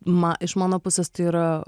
ma iš mano pusės tai yra